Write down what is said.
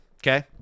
Okay